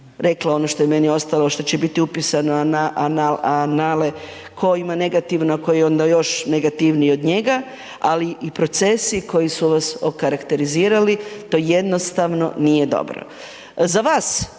rekla ono što je meni ostalo što će biti upisano na anale tko ima negativno, a koji još neaktivniji od njega, ali i procesi koji su vas okarakterizirali to jednostavno nije dobro.